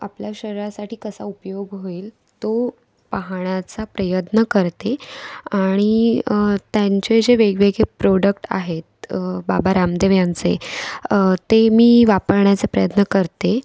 आपल्या शरीरासाठी कसा उपयोग होईल तो पाहण्याचा प्रयत्न करते आणि त्यांचे जे वेगवेगळे प्रोडक्ट आहेत बाबा रामदेव यांचे ते मी वापरण्याचा प्रयत्न करते